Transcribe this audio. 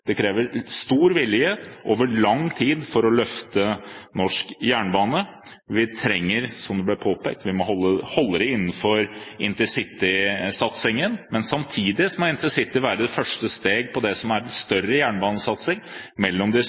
Det krever stor vilje over lang tid for å løfte norsk jernbane. Vi trenger det, som det ble påpekt, innenfor intercitysatsingen, men samtidig må intercity være det første steg for det som er en større jernbanesatsing mellom de